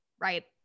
Right